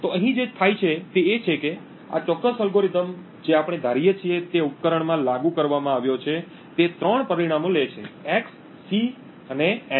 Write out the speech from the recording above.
તો અહીં જે થાય છે તે એ છે કે આ ચોક્કસ અલ્ગોરિધમ જે આપણે ધારીએ છીએ તે ઉપકરણમાં લાગુ કરવામાં આવ્યો છે તે ત્રણ પરિમાણો લે છે x c અને n